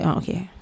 okay